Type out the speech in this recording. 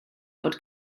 fod